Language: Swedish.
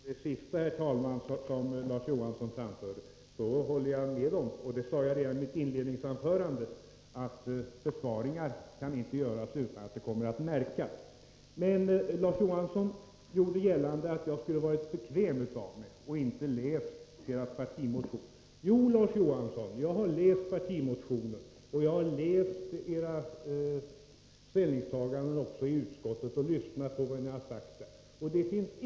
Herr talman! Till det sista Larz Johansson anförde vill jag säga att jag håller med om — och det sade jag också i mitt inledningsanförande — att besparingar inte kan göras utan att det kommer att märkas. Larz Johansson gjorde gällande att jag skulle ha varit bekväm av mig och inte läst centerns partimotion. Jo, Larz Johansson, jag har läst partimotionen. Jag har också tagit del av era ställningstaganden i utskottet och lyssnat på vad ni har sagt där.